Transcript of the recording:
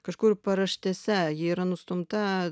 kažkur paraštėse ji yra nustumta